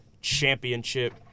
Championship